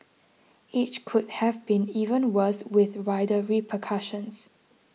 each could have been even worse with wider repercussions